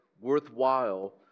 worthwhile